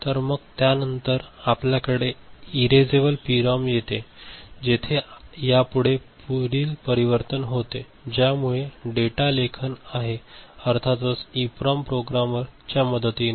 तर मग त्यानंतर आपल्याकडे इरेसेबल पीरॉम येते जेथे यामध्ये पुढील परिवर्तन होते ज्यामुळे डेटा लेखन आहे अर्थातच इपरॉम प्रोग्रामर च्या मदतीने